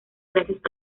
gracias